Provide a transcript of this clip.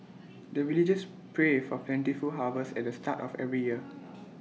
the villagers pray for plentiful harvest at the start of every year